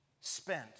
spent